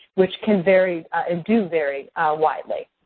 which can vary, and do vary widely.